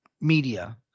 media